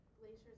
Glaciers